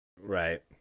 Right